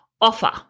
offer